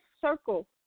circle